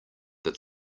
that